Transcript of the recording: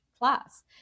class